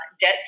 debt